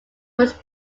was